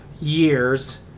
years